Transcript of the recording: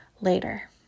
later